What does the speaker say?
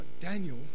Daniel